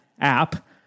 app